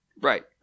Right